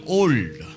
old